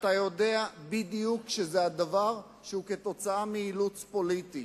אתה יודע בדיוק שזה כתוצאה מאילוץ פוליטי.